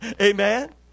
Amen